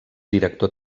director